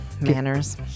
manners